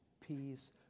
peace